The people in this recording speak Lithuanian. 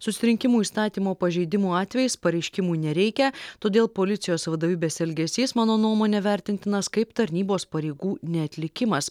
susirinkimų įstatymo pažeidimų atvejais pareiškimų nereikia todėl policijos vadovybės elgesys mano nuomone vertintinas kaip tarnybos pareigų neatlikimas